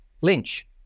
Lynch